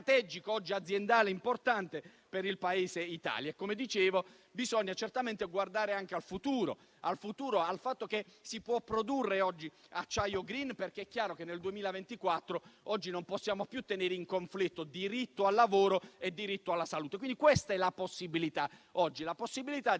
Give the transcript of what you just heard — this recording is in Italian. strategico aziendale importante per il Paese Italia. Come dicevo, bisogna certamente guardare anche al futuro, al fatto che oggi si può produrre acciaio *green*, perché è chiaro che nel 2024 non possiamo più tenere in conflitto diritto al lavoro e diritto alla salute. Quindi, questa è la possibilità oggi, di